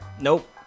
Nope